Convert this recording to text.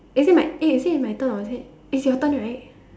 is it my eh is it my turn or is it it's your turn right